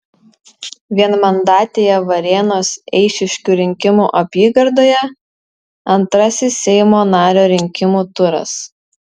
vienmandatėje varėnos eišiškių rinkimų apygardoje antrasis seimo nario rinkimų turas